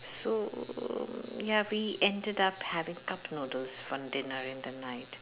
so ya we ended up having cup noodles for dinner in the night